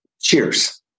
Cheers